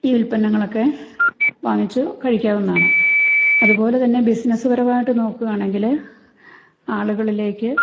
ഈ ഉത്പന്നങ്ങളൊക്കെ വാങ്ങിച്ചു കഴിക്കാവുന്നതാണ് അതുപോലെതന്നെ ബിസിനസ്സ് പരമായിട്ട് നോക്കുകയാണെങ്കിൽ ആളുകളിലേക്ക്